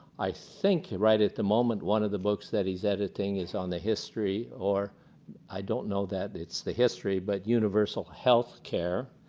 i think right at the moment one of the books that he is editing is on the history or i don't know that it's the history, but universal healthcare.